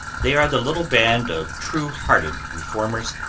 they are the little band of true-hearted reformers,